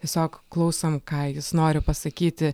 tiesiog klausom ką jis nori pasakyti